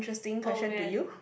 oh man